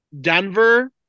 Denver